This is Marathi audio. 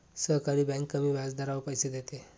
सहकारी बँक कमी व्याजदरावर पैसे देते